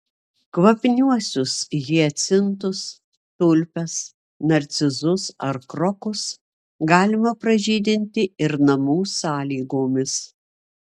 kvapniuosius hiacintus tulpės narcizus ar krokus galima pražydinti ir namų sąlygomis